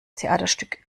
theaterstück